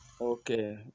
Okay